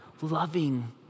loving